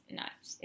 nuts